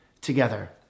together